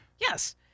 Yes